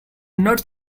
not